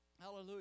Hallelujah